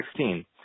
2016